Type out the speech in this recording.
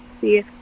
see